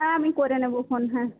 হ্যাঁ আমি করে নেব খন হ্যাঁ